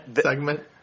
segment